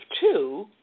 two